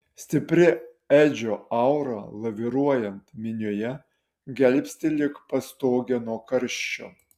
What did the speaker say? stipri edžio aura laviruojant minioje gelbsti lyg pastogė nuo karščio